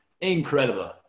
incredible